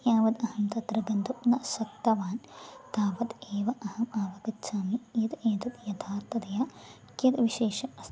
यावत् अहं तत्र गन्तुं न शक्तवान् तावत् एव अहम् अवगच्छामि यत् एतत् यथार्थतया कियद्विशेषम् अस्ति